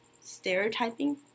stereotyping